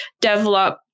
develop